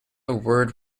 word